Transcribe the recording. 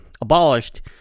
abolished